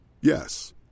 Yes